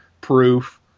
proof